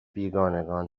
بیگانگان